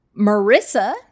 Marissa